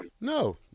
No